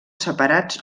separats